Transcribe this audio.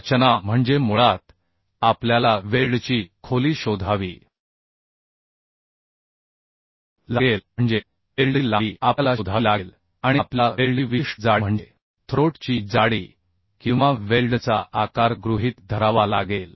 रचना म्हणजे मुळात आपल्याला वेल्डची खोली शोधावी लागेल म्हणजे वेल्डची लांबी आपल्याला शोधावी लागेल आणि आपल्याला वेल्डची विशिष्ट जाडी म्हणजे थ्रोट ची जाडी किंवा वेल्डचा आकार गृहित धरावा लागेल